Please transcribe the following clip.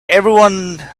everyone